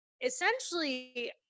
essentially